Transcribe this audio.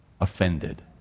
offended